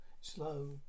slow